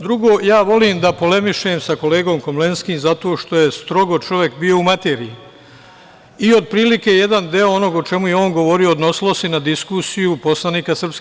Drugo, volim da polemišem sa kolegom Komlenskim, zato što je strogo čovek bio u materiji i otprilike jedan deo o čemu je on govorio odnosio se i na diskusiju poslanika SRS.